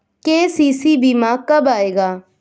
KCC बीमा कब आएगा?